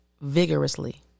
vigorously